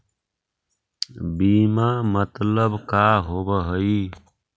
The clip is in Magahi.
बीमा मतलब का होव हइ?